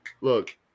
Look